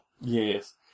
Yes